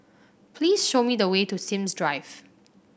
please show me the way to Sims Drive